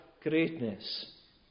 greatness